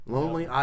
Lonely